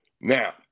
now